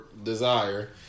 desire